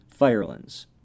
Firelands